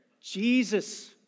Jesus